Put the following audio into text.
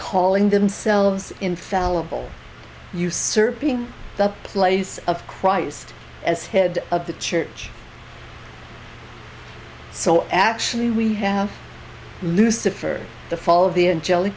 calling themselves infallible usurping the place of christ as head of the church so actually we have lucifer the fall of the end jelly